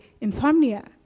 insomnia